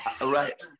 right